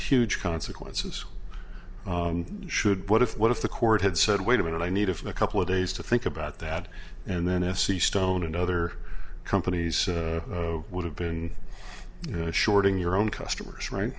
huge consequences should what if what if the court had said wait a minute i need of a couple of days to think about that and then to see stone and other companies would have been shorting your own customers right